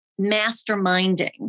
masterminding